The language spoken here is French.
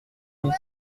mille